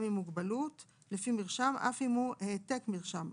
עם מוגבלות לפי מרשם אף אם הוא העתק מרשם,